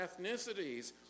ethnicities